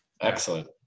Excellent